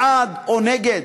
בעד או נגד,